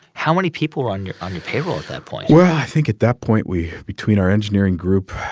how many people were on your on your payroll at that point? well, i think at that point, we between our engineering group,